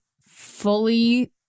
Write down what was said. fully